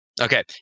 Okay